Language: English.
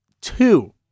Two